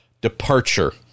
departure